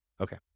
Okay